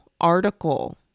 article